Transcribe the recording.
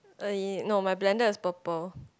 uh no my blender is purple